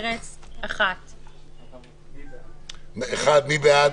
1. מי בעד?